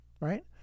right